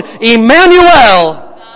Emmanuel